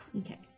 Okay